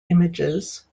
images